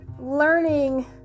learning